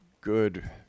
good